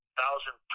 thousand